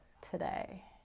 today